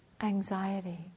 anxiety